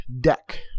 Deck